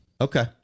Okay